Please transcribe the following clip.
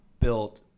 Built